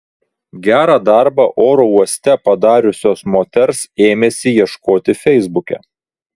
gerą darbą oro uoste padariusios moters ėmėsi ieškoti feisbuke